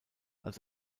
als